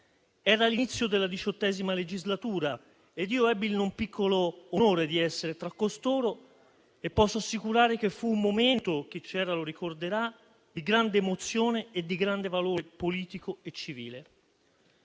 Era l'inizio della XVIII legislatura ed io ebbi il non piccolo onore di essere tra costoro e posso assicurare che fu un momento - chi c'era lo ricorderà - di grande emozione e di grande valore politico e civile.